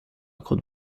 could